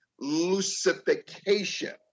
lucification